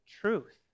truth